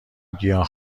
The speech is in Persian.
گیاه